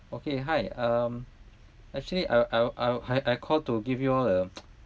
okay hi um actually I I I I call to give you all a